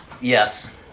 Yes